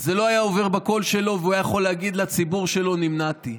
זה לא היה עובר בקול שלו והוא היה יכול להגיד לציבור שלו: נמנעתי.